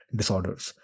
disorders